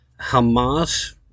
Hamas